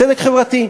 צדק חברתי.